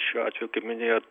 šiuo atveju kaip minėjot